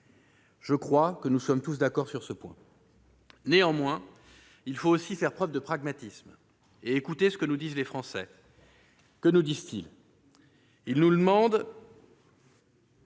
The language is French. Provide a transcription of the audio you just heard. Je crois que nous sommes tous d'accord sur ce point. Néanmoins, il faut aussi faire preuve de pragmatisme et écouter ce que nous disent les Français. Ils nous demandent